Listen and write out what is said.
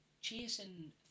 chasing